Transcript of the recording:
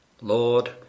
Lord